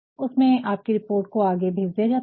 उसमें आप की रिपोर्ट को आगे भेज दिया जाता है